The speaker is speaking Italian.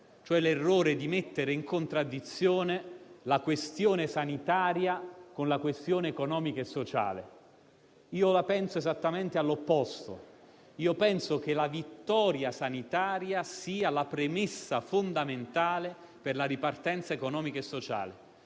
l'errore di porre in contraddizione la questione sanitaria con la questione economica e sociale. La penso esattamente all'opposto: ritengo che la vittoria sanitaria sia la premessa fondamentale per la ripartenza economica e sociale.